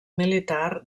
militar